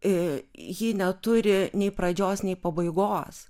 e ji neturi nei pradžios nei pabaigos